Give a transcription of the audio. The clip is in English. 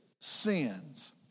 sins